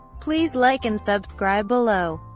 please like and subscribe below.